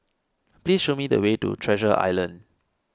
please show me the way to Treasure Island